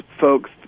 folks